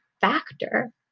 factor